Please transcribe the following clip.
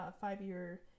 five-year